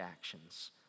actions